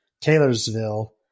Taylorsville